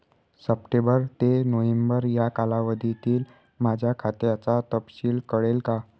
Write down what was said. September ते November या कालावधीतील माझ्या खात्याचा तपशील कळेल का?